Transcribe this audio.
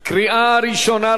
קריאה ראשונה.